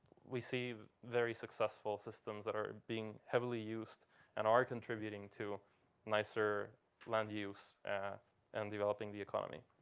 we see very successful systems that are being heavily used and are contributing to nicer land use and developing the economy.